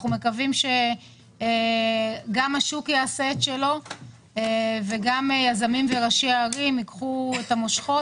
אנחנו מקווים שגם השוק יעשה את שלו וגם יזמים ייקחו את המושכות.